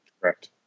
Correct